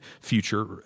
future